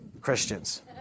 Christians